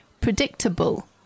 predictable